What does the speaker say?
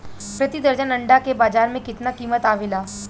प्रति दर्जन अंडा के बाजार मे कितना कीमत आवेला?